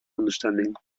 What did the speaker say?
understanding